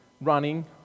running